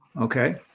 Okay